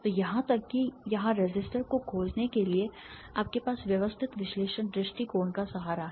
तो यहां तक कि यहां रेसिस्टर को खोजने के लिए आपके पास व्यवस्थित विश्लेषण दृष्टिकोण का सहारा है